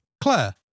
Claire